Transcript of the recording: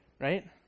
Right